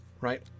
right